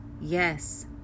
yes